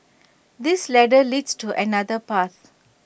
this ladder leads to another path